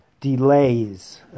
delays